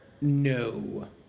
No